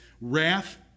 wrath